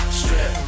strip